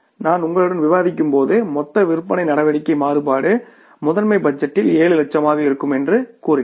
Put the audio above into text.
நான் உங்களுடன் விவாதிக்கும்போது மொத்த விற்பனை நடவடிக்கை மாறுபாடு மாஸ்டர் பட்ஜெட்டில் 7 லட்சமாக இருக்கும் என்று கூறினேன்